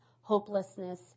hopelessness